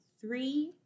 three